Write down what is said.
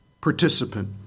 participant